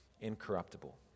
Incorruptible